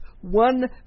one